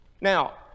Now